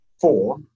Four